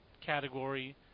category